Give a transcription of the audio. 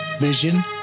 vision